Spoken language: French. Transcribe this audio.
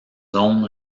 zone